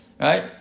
right